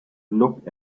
look